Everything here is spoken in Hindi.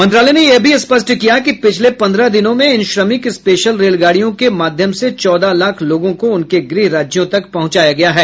मंत्रालय ने यह भी स्पष्ट किया कि पिछले पन्द्रह दिनों में इन श्रमिक स्पेशल रेलगाड़ियों के माध्यम से चौदह लाख लोगों को उनके गृह राज्यों तक पहुंचाया गया है